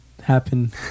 happen